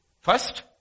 first